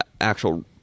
actual